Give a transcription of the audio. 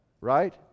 right